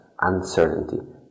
uncertainty